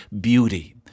beauty